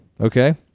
Okay